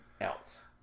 else